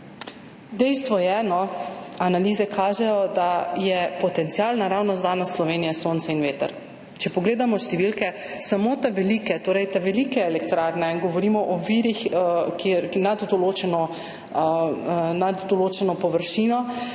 Dejstvo je, no, analize kažejo, da sta potenciala oziroma naravni danosti Slovenije sonce in veter. Če pogledamo številke za samo velike elektrarne, govorimo o virih, ki so nad določeno površino,